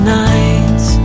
nights